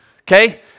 Okay